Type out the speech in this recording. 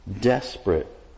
desperate